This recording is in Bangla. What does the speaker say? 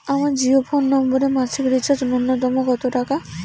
আমার জিও ফোন নম্বরে মাসিক রিচার্জ নূন্যতম কত টাকা?